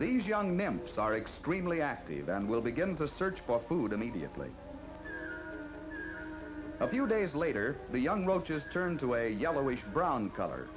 these young members are extremely active and will begin to search for food immediately a few days later the young roaches turned away yellowish brown color